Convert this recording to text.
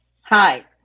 Hi